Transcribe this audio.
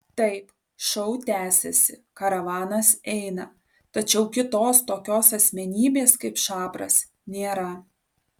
taip šou tęsiasi karavanas eina tačiau kitos tokios asmenybės kaip šapras nėra